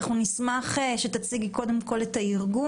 ונשמח אם תציגי את הארגון,